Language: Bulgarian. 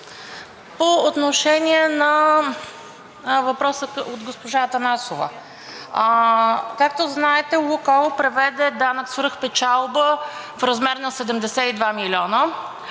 По отношение въпроса на госпожа Атанасова. Както знаете „Лукойл“ преведе данък свръхпечалба в размер на 72 милиона